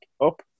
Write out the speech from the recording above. up